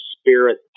spirit